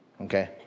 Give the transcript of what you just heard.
Okay